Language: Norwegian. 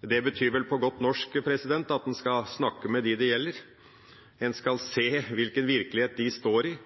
Det betyr vel på godt norsk at en skal snakke med dem det gjelder, en skal se hvilken virkelighet de står i,